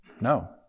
No